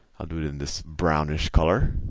i'll do it in this brownish color.